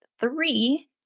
three